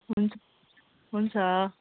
हुन्छ हुन्छ